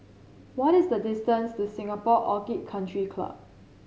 what is the distance to Singapore Orchid Country Club